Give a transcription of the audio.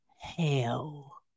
hell